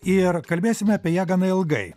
ir kalbėsime apie ją gana ilgai